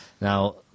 Now